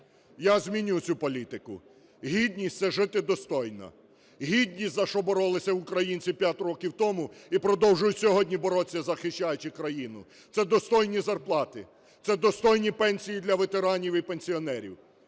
Я зміню цю політику! Гідність – це жити достойно. Гідність, за що боролися українці п'ять років тому і продовжують сьогодні боротися, захищаючи країну, це достойні зарплати, це достойні пенсії для ветеранів і пенсіонерів,